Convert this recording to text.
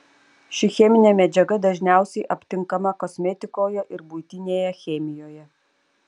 ši cheminė medžiaga dažniausiai aptinkama kosmetikoje ir buitinėje chemijoje